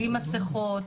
בלי מסכות.